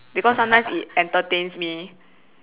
because sometimes it entertains me